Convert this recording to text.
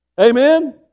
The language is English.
Amen